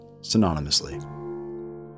synonymously